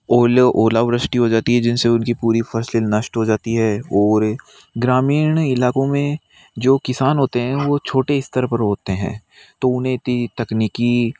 ओला ओलावृष्टि हो जाती है जिन से उन की पूरी फ़सलें नष्ट हो जाती है और ग्रामीण इलाकों में जो किसान होते हैं वो छोटे स्तर पर होते हैं तो उन्हें इतनी तकनीकी